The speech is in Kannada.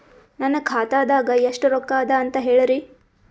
ನನ್ನ ಖಾತಾದಾಗ ಎಷ್ಟ ರೊಕ್ಕ ಅದ ಅಂತ ಹೇಳರಿ?